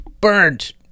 Burned